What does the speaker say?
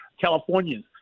Californians